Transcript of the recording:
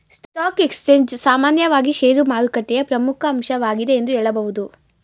stock exchange ಸಾಮಾನ್ಯವಾಗಿ ಶೇರುಮಾರುಕಟ್ಟೆಯ ಪ್ರಮುಖ ಅಂಶವಾಗಿದೆ ಎಂದು ಹೇಳಬಹುದು